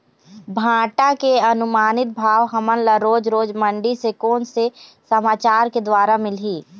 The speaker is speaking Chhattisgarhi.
भांटा के अनुमानित भाव हमन ला रोज रोज मंडी से कोन से समाचार के द्वारा मिलही?